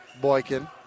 Boykin